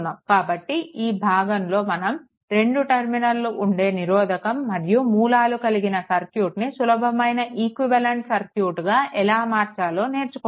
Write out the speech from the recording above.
కాబట్టి ఈ భాగంలో మనం రెండు టర్మినల్స్ ఉండి నిరోధకం మరియు మూలాలు కలిగిన సర్క్యూట్ని సులభమైన ఈక్వివలెంట్ సర్క్యూట్గా ఎలా మార్చాలో నేర్చుకుంటాము